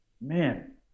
man